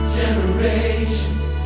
generations